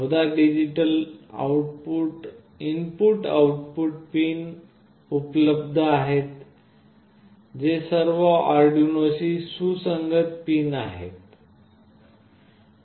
14 digital input output pin उपलब्ध आहेत जे सर्व आरडिनोशी सुसंगत पिन आहेत